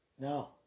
No